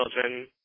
children